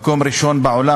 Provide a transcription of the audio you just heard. במקום הראשון בעולם,